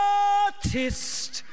artist